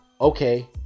Okay